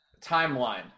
Timeline